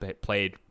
played